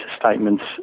statements